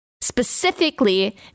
specifically